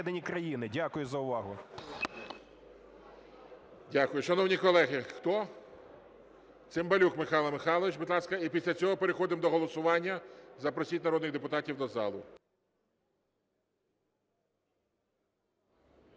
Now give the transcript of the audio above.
Дякую за увагу.